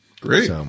Great